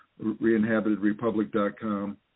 ReinhabitedRepublic.com